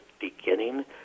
beginning